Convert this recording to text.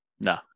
No